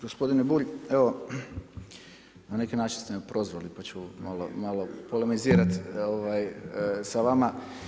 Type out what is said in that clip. Gospodine Bulj evo na neki način ste me prozvali pa ću malo polemizirati sa vama.